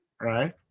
Right